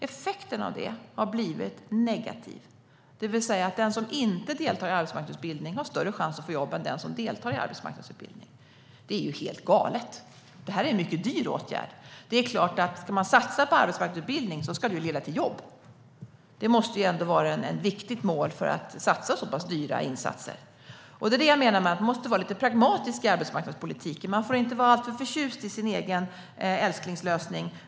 Effekten av detta har blivit negativ. Det vill säga att den som inte deltar i arbetsmarknadsutbildning har större chans att få jobb än den som deltar. Det är ju helt galet! Det är en mycket dyr åtgärd. Ska man satsa på arbetsmarknadsutbildning är det klart att den måste leda till jobb. Det måste vara målet om man satsar på så pass dyra insatser. Det är detta jag menar när jag säger att man måste vara lite pragmatisk i arbetsmarknadspolitiken. Man får inte vara alltför förtjust i sin egen älsklingslösning.